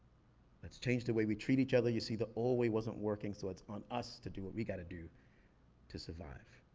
let's change the way we treat each other. you see, the old way wasn't working. so it's on us to do what we gotta do to survive.